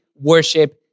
worship